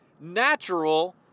natural